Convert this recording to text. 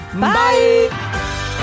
bye